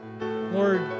Lord